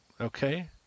okay